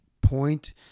point